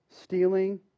stealing